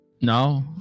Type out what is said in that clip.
no